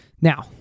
now